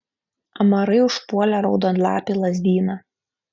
amarai užpuolė raudonlapį lazdyną